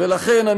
ולכן,